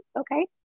Okay